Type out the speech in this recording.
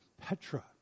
Petra